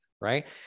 right